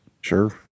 Sure